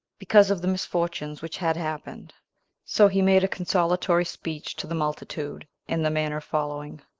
because of the misfortunes which had happened so he made a consolatory speech to the multitude, in the manner following